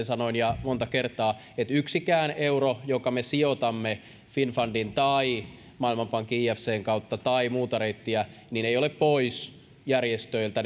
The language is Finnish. sanoin ja monta kertaa että yksikään euro jonka me sijoitamme finnfundin maailmanpankin tai ifcn kautta tai muuta reittiä ei ole pois järjestöiltä